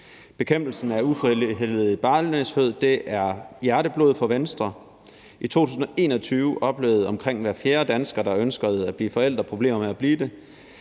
Bekæmpelsen af ufrivillig barnløshed er hjerteblod for Venstre. I 2021 oplevede omkring hver fjerde dansker, der ønskede at blive forælder, problemer med at blive det.